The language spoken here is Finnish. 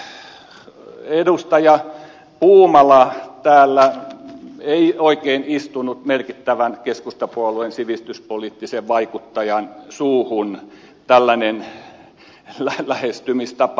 sitten edustaja puumala täällä ei oikein istunut merkittävän keskustapuolueen sivistyspoliittisen vaikuttajan suuhun tällainen lähestymistapa